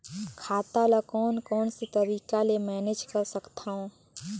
खाता ल कौन कौन से तरीका ले मैनेज कर सकथव?